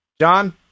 John